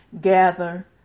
gather